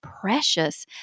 precious